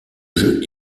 jeu